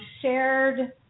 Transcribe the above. shared